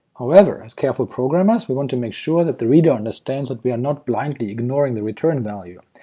however, as careful programmers, we want to make sure that the reader understands that we are not blindly ignoring the return value,